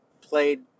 played